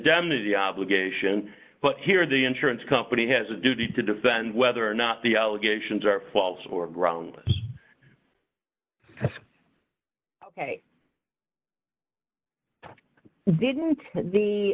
indemnity obligation but here the insurance company has a duty to defend whether or not the allegations are false or groundless ok didn't the